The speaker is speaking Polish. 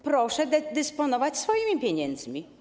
Proszę dysponować swoimi pieniędzmi.